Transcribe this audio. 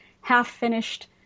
half-finished